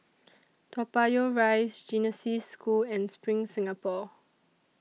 Toa Payoh Rise Genesis School and SPRING Singapore